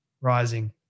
rising